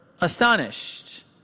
astonished